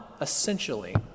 essentially